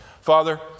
Father